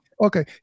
okay